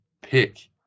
pick